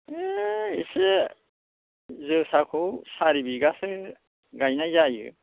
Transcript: ए एसे जोसाखौ सारिबिगासो गायनाय जायो